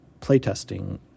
playtesting